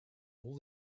all